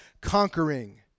conquering